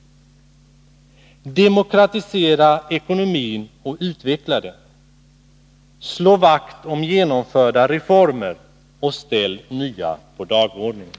Demokratisera ekonomin och utveckla den! Slå vakt om genomförda reformer och ställ nya på dagordningen!